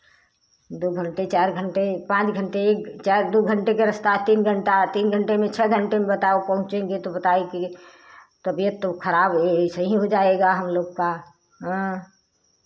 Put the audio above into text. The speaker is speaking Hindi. दो घंटे चार घंटे पाँच घंटे एक चार दो घंटे के रास्ता तीन घंटा तीन घंटे में छः घंटे में बताओ पहुँचेंगे तो बताए कि तबियत तो खराब ए ऐसे ही हो जाएगा हम लोग का हाँ